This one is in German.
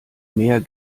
mehr